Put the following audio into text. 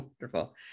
wonderful